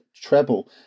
treble